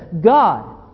God